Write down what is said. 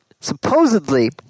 supposedly